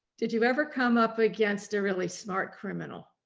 did you ever come up against a really smart criminal?